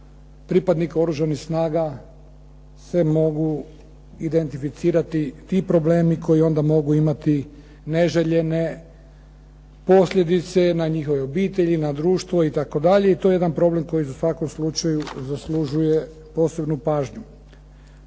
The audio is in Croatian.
pripadnika Oružanih snaga se mogu identificirati ti problemi koji onda mogu imati neželjene posljedice na njihove obitelji, na društvo itd., i to je jedan problem koji u svakom slučaju zaslužuje posebnu pažnju.